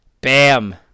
Bam